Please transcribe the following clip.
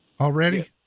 already